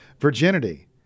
virginity